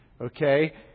okay